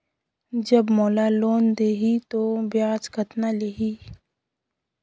जब मोला लोन देही तो ब्याज कतना लेही?